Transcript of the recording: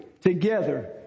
together